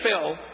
fill